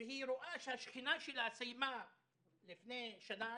והיא רואה שהשכנה שלה סיימה לפני שנה,